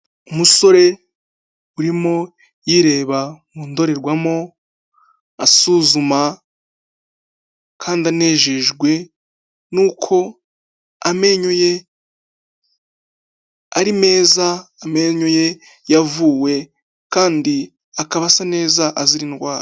Umusore urimo yireba mu ndorerwamo asuzuma kandi anejejwe n'uko amenyo ye ari meza amenyo ye yavuwe kandi akaba asa neza azira indwara.